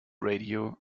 radio